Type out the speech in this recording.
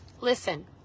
listen